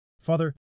Father